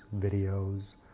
videos